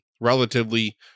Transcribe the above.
relatively